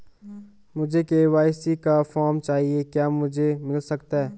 मुझे के.वाई.सी का फॉर्म चाहिए क्या मुझे मिल सकता है?